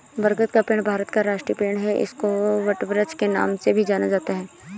बरगद का पेड़ भारत का राष्ट्रीय पेड़ है इसको वटवृक्ष के नाम से भी जाना जाता है